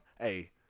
Hey